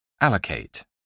Allocate